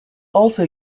also